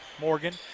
Morgan